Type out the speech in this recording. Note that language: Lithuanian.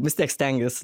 vis tiek stengias